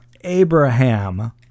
abraham